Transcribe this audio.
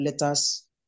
letters